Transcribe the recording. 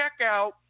checkout